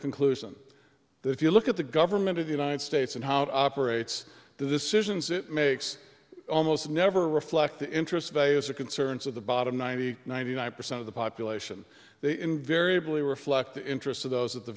conclusion that if you look at the government of the united states and how it operates the decisions it makes almost never reflect the interests of a as it concerns of the bottom ninety ninety nine percent of the population they invariably reflect the interests of those at the